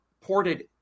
ported